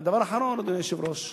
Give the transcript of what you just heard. והדבר האחרון, אדוני היושב-ראש,